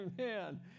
Amen